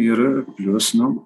ir plius nu